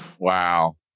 Wow